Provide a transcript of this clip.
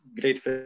great